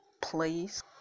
please